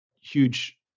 huge